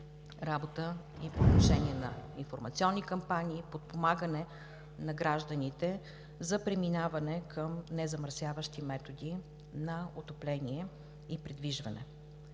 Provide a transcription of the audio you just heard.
работа и по отношение на информационни кампании, подпомагане на гражданите за преминаване към незамърсяващи методи на отопление и придвижване.